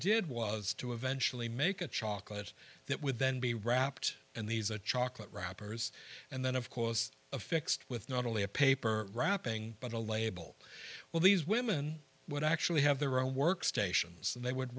did was to eventually make a chocolate that would then be wrapped in these a chocolate wrappers and then of course affixed with not only a paper wrapping but a label well these women would actually have their own workstations and they would